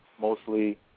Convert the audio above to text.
mostly